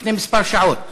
לפני כמה שעות,